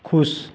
खुश